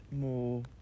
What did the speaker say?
more